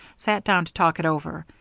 sat down to talk it over.